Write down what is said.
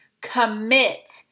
commit